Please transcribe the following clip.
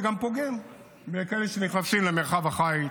וגם פוגעים בכאלה שנכנסים למרחב החיץ,